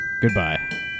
goodbye